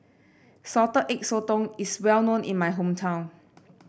Salted Egg Sotong is well known in my hometown